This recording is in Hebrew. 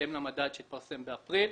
בהתאם למדד שהתפרסם באפריל,